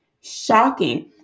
shocking